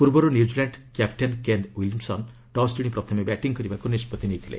ପୂର୍ବରୁ New Zealand captain Kane Williamson toss ଜିଶି ପ୍ରଥମେ ବ୍ୟାଟିଂ କରିବାକୁ ନିଷ୍ପଭି ନେଇଥିଲେ